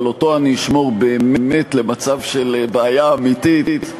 אבל אותו אני אשמור באמת למצב של בעיה אמיתית,